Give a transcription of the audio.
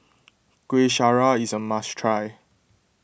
Kueh Syara is a must try